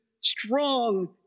strong